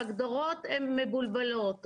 ההגדרות הן מבולבלות.